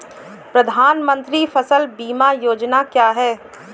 प्रधानमंत्री फसल बीमा योजना क्या है?